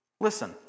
Listen